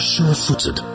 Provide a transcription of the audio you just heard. Sure-footed